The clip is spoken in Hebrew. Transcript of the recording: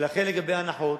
לכן, לגבי ההנחות,